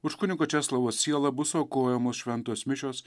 už kunigo česlovo sielą bus aukojamos šventos mišios